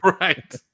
Right